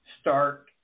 Start